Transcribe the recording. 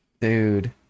Dude